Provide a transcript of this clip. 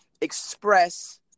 express